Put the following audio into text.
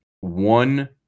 one